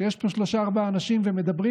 כשיש פה שלושה-ארבעה אנשים והם מדברים,